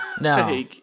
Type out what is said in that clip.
No